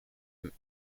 een